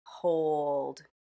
Hold